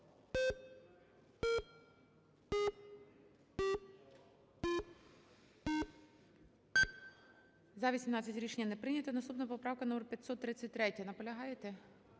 За-18 Рішення не прийнято. Наступна поправка номер 533. Наполягаєте?